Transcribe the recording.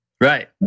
Right